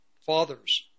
fathers